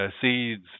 seeds